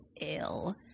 ill